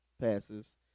passes